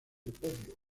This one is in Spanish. podio